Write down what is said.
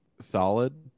solid